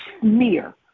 smear